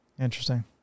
Interesting